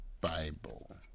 Bible